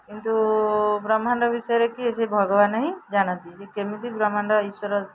କିନ୍ତୁ ବ୍ରହ୍ମାଣ୍ଡ ବିଷୟରେ କିଏ ସେ ଭଗବାନ ହିଁ ଜାଣନ୍ତି ଯେ କେମିତି ବ୍ରହ୍ମାଣ୍ଡ ଈଶ୍ୱର